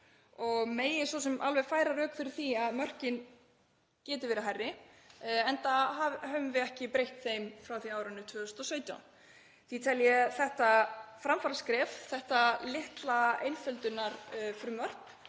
og má alveg færa rök fyrir því að mörkin geti verið hærri enda höfum við ekki breytt þeim frá því á árinu 2017. Ég tel þetta því framfaraskref, þetta litla einföldunarfrumvarp